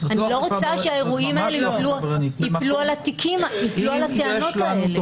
אני לא רוצה שהאירועים האלה יפלו על הטענות האלה.